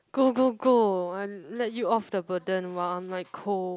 go go go I'm let you off the burden while I'm like cold